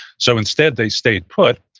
so instead, they stayed put,